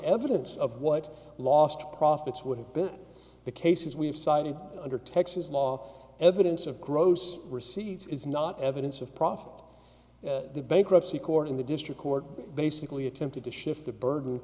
evidence of what lost profits would have been the cases we've cited under texas law evidence of gross receipts is not evidence of profit the bankruptcy court in the district court basically attempted to shift the burden